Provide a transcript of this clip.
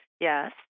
Yes